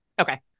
Okay